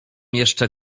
jeszcze